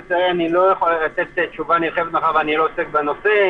אני לא יכול לתת תשובה נרחבת מאחר ואני לא עוסק בנושא.